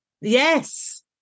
Yes